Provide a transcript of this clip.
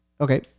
okay